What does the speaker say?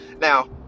now